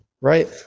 right